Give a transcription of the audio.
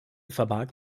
verbarg